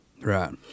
right